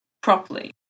properly